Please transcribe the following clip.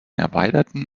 erweiterten